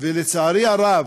ולצערי הרב,